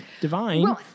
divine